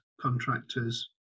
contractors